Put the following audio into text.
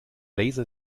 laser